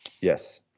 Yes